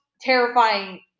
terrifying